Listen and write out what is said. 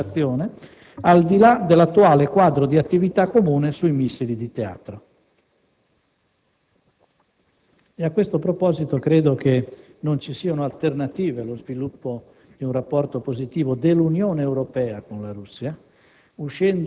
di cooperazione, al di là dell'attuale quadro di attività comune sui missili di teatro. A questo proposito, credo che non ci siano alternative allo sviluppo di un rapporto positivo dell'Unione Europea con la Russia,